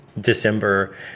December